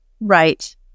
Right